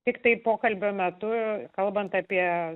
tiktai pokalbio metu kalbant apie